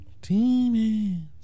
Demons